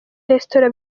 resitora